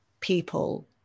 people